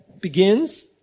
begins